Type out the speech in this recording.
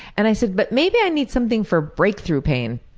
and i said but maybe i need something for breakthrough pain,